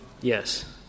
Yes